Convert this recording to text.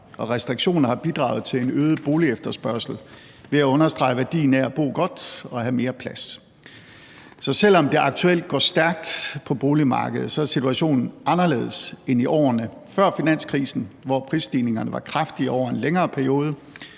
og restriktioner. Det har bidraget til en øget boligefterspørgsel ved at understrege værdien af at bo godt og have mere plads. Så selv om det aktuelt går stærkt på boligmarkedet, er situationen anderledes end i årene før finanskrisen, hvor prisstigningerne var kraftige over en længere periode,